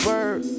Bird